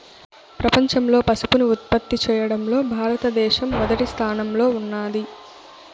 ప్రపంచంలో పసుపును ఉత్పత్తి చేయడంలో భారత దేశం మొదటి స్థానంలో ఉన్నాది